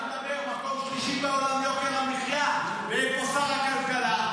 כל המדינה מחירים מופקעים.